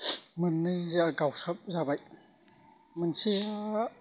मोननैआ गावस्रा जाबाय मोनसेया